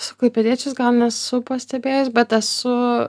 su klaipėdiečiais gal nesu pastebėjus bet esu